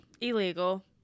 Illegal